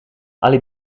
ali